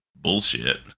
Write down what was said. Bullshit